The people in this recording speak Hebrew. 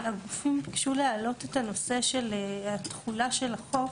הגופים ביקשו להעלות את הנושא של התחולה של החוק,